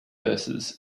verses